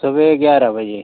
सुबह ग्यारह बजे